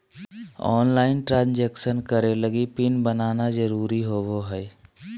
online transaction करे लगी pin बनाना जरुरी होबो हइ